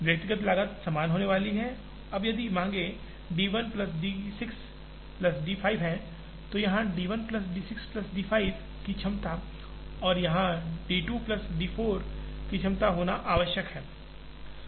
व्यक्तिगत लागत समान होने वाली है अब यदि मांगें D 1 plus D 6 plus D 5 हैं तो यहां D 1 plus D 6 plus D 5 की क्षमता और यहां डी 2 प्लस डी 4 की क्षमता होना आवश्यक है